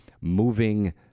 moving